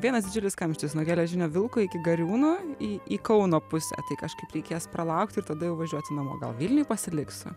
vienas didžiulis kamštis nuo geležinio vilko iki gariūnų į į kauno pusę tai kažkaip reikės pralaukti ir tada jau važiuoti namo gal vilniuj pasiliksiu